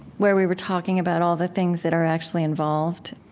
where we were talking about all the things that are actually involved.